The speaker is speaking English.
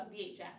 VHS